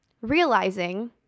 realizing